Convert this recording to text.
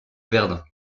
verdun